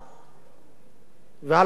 והלוואי שלא נצטרך להפעיל אותו.